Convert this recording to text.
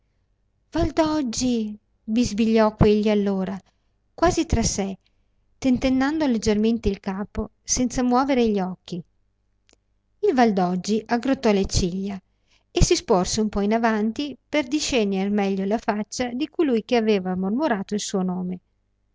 occhi valdoggi bisbigliò quegli allora quasi tra sé tentennando leggermente il capo senza muover gli occhi il valdoggi aggrottò le ciglia e si sporse un po avanti per discerner meglio la faccia di colui che aveva mormorato il suo nome